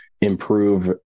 improve